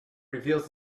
reveals